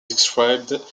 described